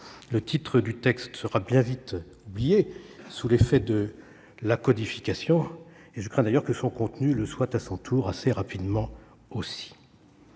le titre du texte sera bien vite oublié sous l'effet de la codification. Je crains d'ailleurs que son contenu ne le soit à son tour assez rapidement aussi.